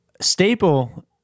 staple